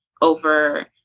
over